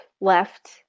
left